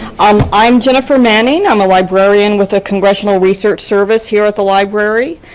i'm i'm jennifer manning. i'm a librarian with the congressional research service here at the library.